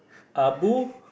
Abu